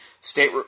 State